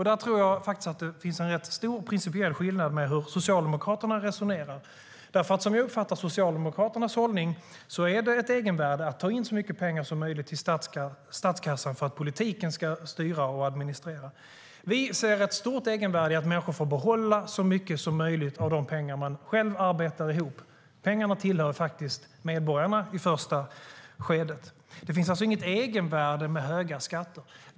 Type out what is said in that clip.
Där finns det nog en stor principiell skillnad jämfört med hur Socialdemokraterna resonerar. Som jag uppfattade Socialdemokraternas hållning är det ett egenvärde i att ta in så mycket pengar som möjligt till statskassan för att politiken ska styra och administrera. Vi ser ett stort egenvärde i att människor får behålla så mycket som möjligt av de pengar som de själva arbetar ihop. Pengarna tillhör faktiskt medborgarna i det första skedet. Det finns alltså inget egenvärde i höga skatter.